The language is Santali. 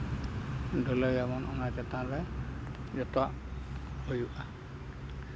ᱰᱷᱟᱹᱞᱟᱹᱭ ᱟᱵᱚᱱ ᱚᱱᱟ ᱪᱮᱛᱟᱱ ᱨᱮ ᱡᱚᱛᱚᱣᱟᱜ ᱦᱩᱭᱩᱜᱼᱟ